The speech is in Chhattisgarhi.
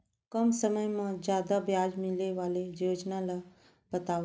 कम समय मा जादा ब्याज मिले वाले योजना ला बतावव